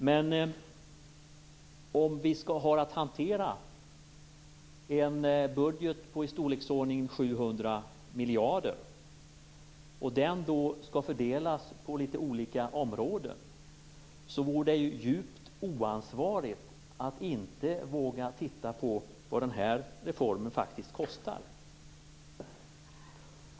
Men om vi har att hantera en budget på i storleksordningen 700 miljarder som skall fördelas på olika områden vore det djupt oansvarigt att inte våga titta på vad den här reformen faktiskt kostar.